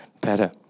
better